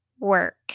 work